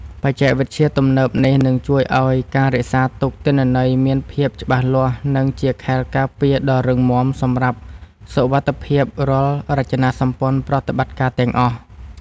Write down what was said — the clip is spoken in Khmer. បច្ចេកវិទ្យាទំនើបនេះនឹងជួយឱ្យការរក្សាទុកទិន្នន័យមានភាពច្បាស់លាស់ និង ជាខែលការពារដ៏រឹងមាំសម្រាប់សុវត្ថិភាពរាល់រចនាម្ព័ន្ធប្រតិបត្តិការទាំងអស់។